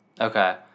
Okay